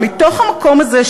מתוך המקום הזה,